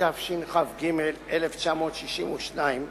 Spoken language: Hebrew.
התשכ"ג 1962,